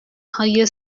های